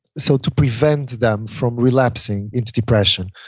so to prevent them from relapsing into depression.